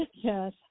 Yes